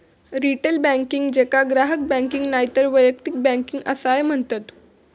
retail banking, जेका ग्राहक banking नायतर वैयक्तिक बँकिंग असाय म्हणतत